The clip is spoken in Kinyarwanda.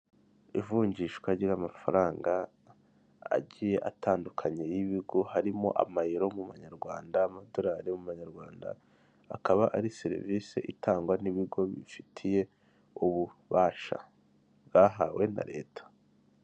Ivunjishwa ry' amafaranga agiye atandukanye y'ibigo harimo; amayero mu manyarwanda, amadolari mu manyarwanda, akaba ari serivisi itangwa n'ibigo bibifitiye ububasha bahawe na leta.